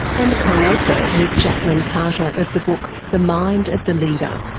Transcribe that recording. and co-author with jacqueline carter of the book the mind of the leader,